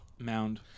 Mound